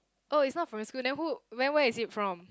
oh it's not from your school then who where is it from